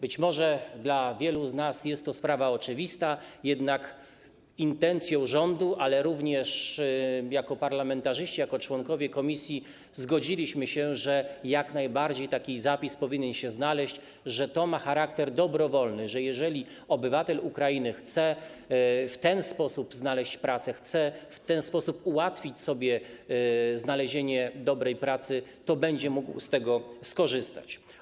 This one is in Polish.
Być może dla wielu z nas jest to sprawa oczywista, jest to intencją rządu, ale również jako parlamentarzyści, jako członkowie komisji zgodziliśmy się, że jak najbardziej taki zapis powinien się naleźć, że to ma charakter dobrowolny, że jeżeli obywatel Ukrainy chce w ten sposób znaleźć pracę, chce w ten sposób ułatwić sobie znalezienie dobrej pracy, to będzie mógł z tego skorzystać.